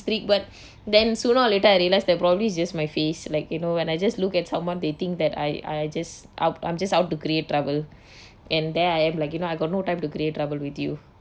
strict but then sooner or later I realized that probably just my face like you know when I just looked at someone they think that I I just out I'm just out to create trouble and there I am like you know I got no time to create trouble with you